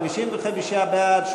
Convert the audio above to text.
55 בעד,